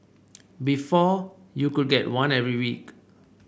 before you could get one every week